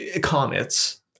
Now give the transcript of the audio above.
Comets